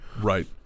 Right